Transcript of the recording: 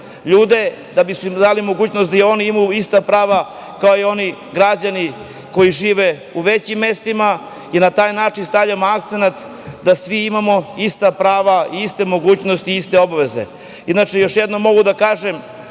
ljude, da bismo im dali mogućnost da imaju ista prava, kao i oni građani koji žive u većim mestima, jer na taj način stavljamo akcenat da svi imamo ista prava, iste mogućnosti, iste obaveze. Inače, još jednom mogu da kažem